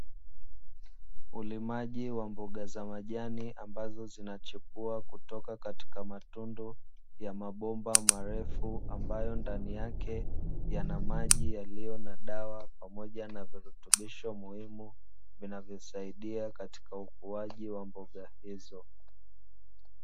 Ulimaji wa mboga za majani, ambazo zinachipua kutoka katika matundu ya mabomba marefu, ambayo ndani yake yana maji yaliyo na dawa pamoja na virutubisho muhimu, vinavosaidia katika ukuaji wa mboga hizo .